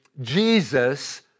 Jesus